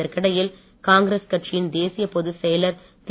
இதற்கிடையில் காங்கிரஸ் கட்சியின் தேசிய பொதுச்செயலர் திரு